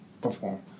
perform